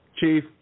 Chief